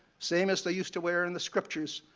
same as they used to wear in the scriptures,